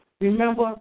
Remember